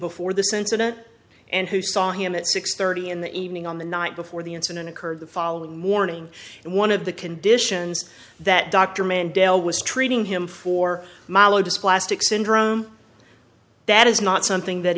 before this incident and who saw him at six thirty in the evening on the night before the incident occurred the following morning and one of the conditions that dr mann dale was treating him for milo dysplastic syndrome that is not something that